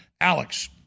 Alex